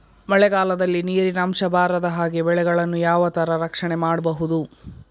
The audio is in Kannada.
ಮಳೆಗಾಲದಲ್ಲಿ ನೀರಿನ ಅಂಶ ಬಾರದ ಹಾಗೆ ಬೆಳೆಗಳನ್ನು ಯಾವ ತರ ರಕ್ಷಣೆ ಮಾಡ್ಬಹುದು?